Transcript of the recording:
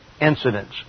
incidents